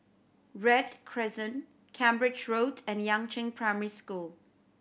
Read Crescent Cambridge Road and Yangzheng Primary School